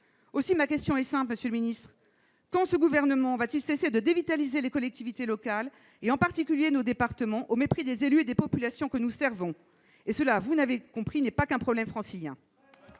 Aussi, ma question est simple, monsieur le ministre : quand le Gouvernement va-t-il cesser de dévitaliser les collectivités locales, et en particulier nos départements, au mépris des élus et des populations que nous servons ? Et cela, vous l'avez compris, n'est pas qu'un problème francilien